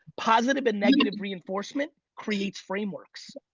positive and negative reinforcement creates frameworks.